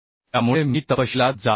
त्यामुळे मी तपशीलात जात नाही